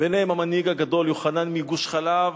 ביניהם המנהיג הגדול יוחנן מגוש-חלב,